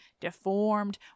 deformed